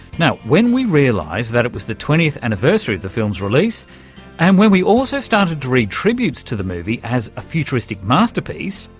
now, when we realised that it was the twentieth anniversary of the film's release and when we also started to read tributes to the movie as a futuristic masterpiece,